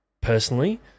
personally